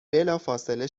بلافاصله